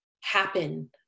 happen